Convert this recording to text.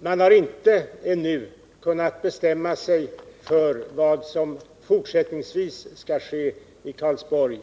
Man har ännu inte kunnat bestämma sig för vad som fortsättningsvis skall ske i Karlsborg.